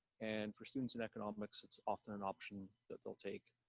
and for students in economics, it's often an option that they'll take